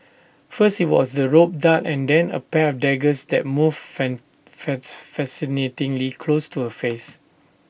first IT was the rope dart and then A pair of daggers that moved fascinatingly close to her face